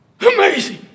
Amazing